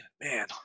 Man